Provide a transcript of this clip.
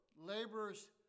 laborers